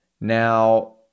Now